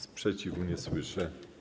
Sprzeciwu nie słyszę.